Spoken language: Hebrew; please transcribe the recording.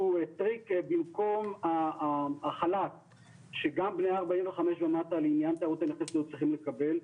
טריק במקום החל"ת שגם בני ה-45 ומטה לעניין --- צריכים לקבל.